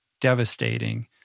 devastating